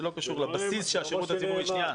זה לא קשור לבסיס שהשירות הציבורי נותן.